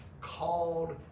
called